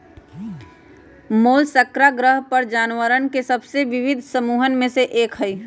Mollusca ग्रह पर जानवरवन के सबसे विविध समूहन में से एक हई